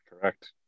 Correct